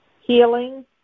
Healing